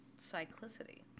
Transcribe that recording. cyclicity